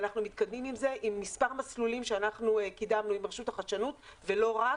ואנחנו מתקדמים עם זה במספר מסלולים שקידמנו עם רשות החדשנות ולא רק,